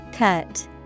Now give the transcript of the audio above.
Cut